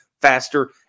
faster